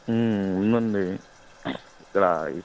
ఉందండి ఇక్కడ